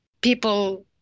people